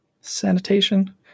sanitation